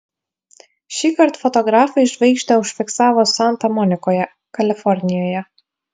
šįkart fotografai žvaigždę užfiksavo santa monikoje kalifornijoje